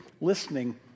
listening